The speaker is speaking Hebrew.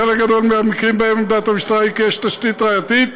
בחלק גדול מהמקרים שבהם עמדת המשטרה היא כי יש תשתית ראייתית,